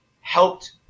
helped